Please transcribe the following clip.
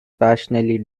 passionately